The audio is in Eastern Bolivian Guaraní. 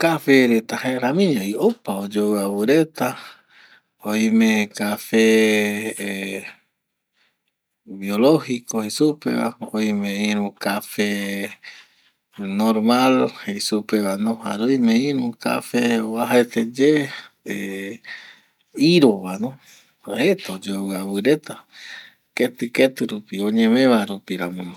Café reta jaeramiño vi opa oyoavɨ avɨ reta oime café biologico jei supe va, oime iru café normal jei supe va no, jare oime iru café vuajete ye iro va no, jeta oyoavi avi reta keti keti rupi oñeme va rupi ramo